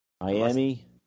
Miami